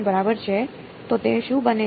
તો તે શું બને છે